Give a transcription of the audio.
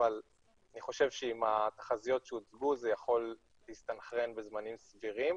אבל אני חושב שעם התחזיות שהוצגו זה יכול להסתנכרן בזמנים סבירים.